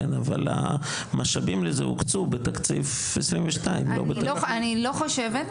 אבל המשאבים לזה הוקצו בתקציב 2022 לא בתקציב --- אני לא חושבת,